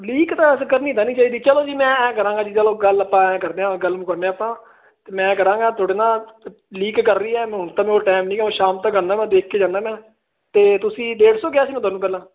leak ਦਾ ਜ਼ਿਕਰ ਨਹੀਂ ਤਾਂ ਨਹੀਂ ਚਾਹੀਦੀ ਚਲੋ ਜੀ ਮੈਂ ਕਰਾਂਗਾ ਜੀ ਚਲੋ ਗੱਲ ਆਪਾਂ ਐ ਕਰਦੇ ਆ ਗੱਲ ਮੁ ਕਰਦੇ ਆ ਆਪਾਂ ਤੇ ਮੈਂ ਕਰਾਂਗਾ ਤੁਹਾਡੇ ਨਾਲ ਲੀਕ ਕਰ ਰਹੀ ਹਨੂੰ ਟਾਈਮ ਨਹੀਂ ਉਹ ਸ਼ਾਮ ਤੱਕ ਕਰਦਾ ਮੈਂ ਦੇਖ ਕੇ ਜਾਂਦਾ ਨਾ ਤੇ ਤੁਸੀਂ ਡੇਢ ਸੋ ਕਿਹਾ ਪਹਿਲਾ